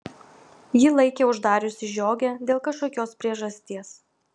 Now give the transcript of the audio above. ji laikė uždariusi žiogę dėl kažkokios priežasties